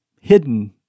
hidden